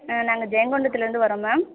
நாங்கள் ஜெயங்கொண்டத்துலருந்து வரோம் மேம்